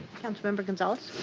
council member gonzales?